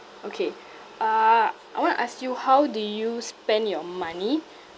okay uh I want to ask you how do you spend your money